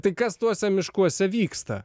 tai kas tuose miškuose vyksta